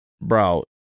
bro